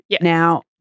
Now